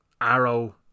Arrow